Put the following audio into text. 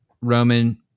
Roman